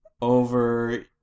over